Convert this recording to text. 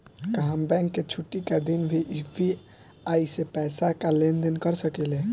का हम बैंक के छुट्टी का दिन भी यू.पी.आई से पैसे का लेनदेन कर सकीले?